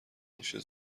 موشه